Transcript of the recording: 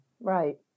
Right